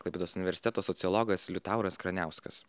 klaipėdos universiteto sociologas liutauras kraniauskas